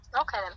Okay